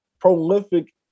prolific